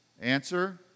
Answer